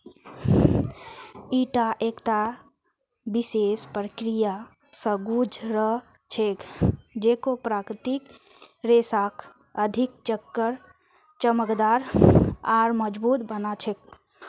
ईटा एकता विशेष प्रक्रिया स गुज र छेक जेको प्राकृतिक रेशाक अधिक चमकदार आर मजबूत बना छेक